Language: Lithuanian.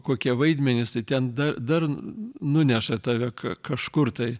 kokie vaidmenys tai ten dar nuneša tave ka kažkur tai